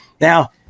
Now